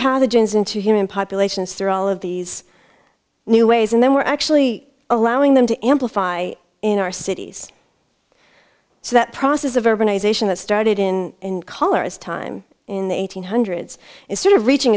pathogens into human populations through all of these new ways and then we're actually allowing them to amplify in our cities so that process of urbanization that started in color as time in the eight hundred is sort of reaching